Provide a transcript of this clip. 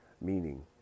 meaning